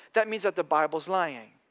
that means that the bible's lying.